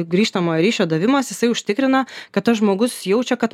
grįžtamojo ryšio davimas jisai užtikrina kad tas žmogus jaučia kad man rūpi